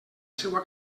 seua